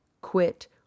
quit